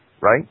right